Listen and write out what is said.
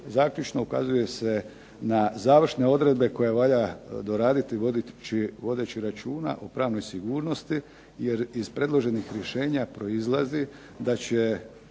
zaključno. Ukazuje se na završne odredbe koje valja doraditi vodeći računa o pravnoj sigurnosti, jer iz predloženih rješenja proizlazi da će